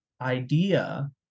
idea